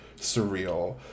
surreal